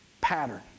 Pattern